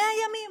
100 ימים.